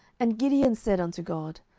and gideon said unto god,